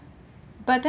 but then